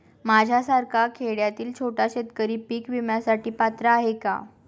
माझ्यासारखा खेड्यातील छोटा शेतकरी पीक विम्यासाठी पात्र आहे का?